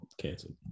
Canceled